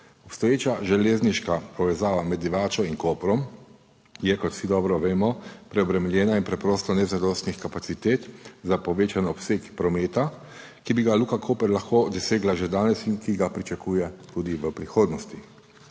Obstoječa železniška povezava med Divačo in Koprom je, kot vsi dobro vemo, preobremenjena in preprosto nezadostnih kapacitet za povečan obseg prometa, ki bi ga Luka Koper lahko dosegla že danes in ki ga pričakuje tudi v prihodnosti.